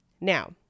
Now